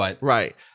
Right